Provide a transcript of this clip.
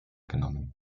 genommen